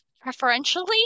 Preferentially